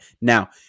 Now